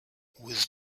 with